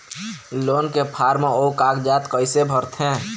Loan के form अऊ कागजात कइसे भरथें?